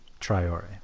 Triore